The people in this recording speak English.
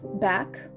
back